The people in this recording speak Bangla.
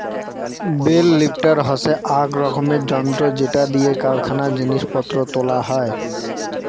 বেল লিফ্টার হসে আক রকমের যন্ত্র যেটা দিয়া কারখানায় জিনিস পত্র তোলা হই